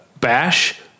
Bash